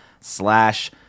slash